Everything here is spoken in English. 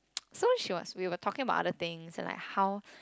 so she was we were talking about other things and like how